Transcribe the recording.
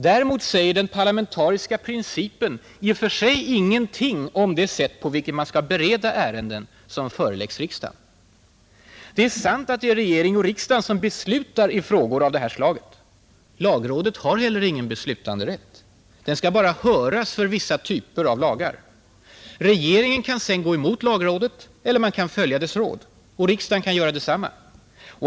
Däremot säger den parlamentariska principen i och för sig ingenting om det sätt på vilket man skall bereda ärenden som föreläggs riksdagen. Det är sant att det är regering och riksdag som beslutar i frågor av det här slaget. Lagrådet har heller ingen beslutanderätt. Det skall bara höras för vissa typer av lagar. Regeringen kan sedan gå emot lagrådet eller följa dess råd, och riksdagen kan göra detsamma.